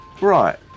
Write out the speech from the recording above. Right